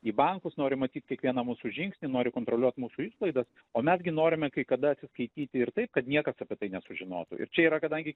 į bankus nori matyt kiekvieną mūsų žingsnį nori kontroliuot mūsų išlaidas o mes gi norime kai kada atsiskaityti ir taip kad niekas apie tai nesužinotų ir čia yra kadangi